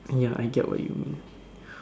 ya I get what you mean